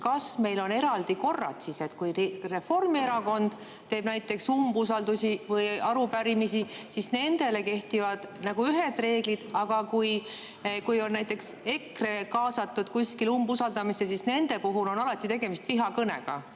kas meil on eraldi korrad siis? Kui Reformierakond näiteks teeb umbusaldus[avaldusi] või arupärimisi, siis nendele kehtivad ühed reeglid, aga kui on näiteks EKRE kaasatud kuskile umbusaldamisse, siis nende puhul on alati tegemist vihakõnega?